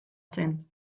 zen